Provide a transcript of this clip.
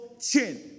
chin